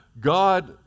God